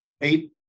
eight